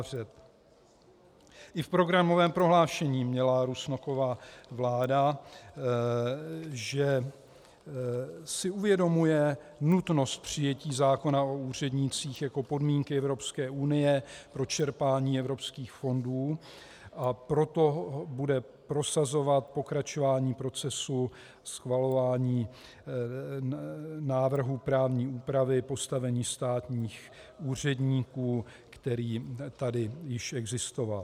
I v programovém prohlášení měla Rusnokova vláda, že si uvědomuje nutnost přijetí zákona o úřednících jako podmínky EU pro čerpání evropských fondů, a proto bude prosazovat pokračování procesu schvalování návrhu právní úpravy postavení státních úředníků, který tady již existoval.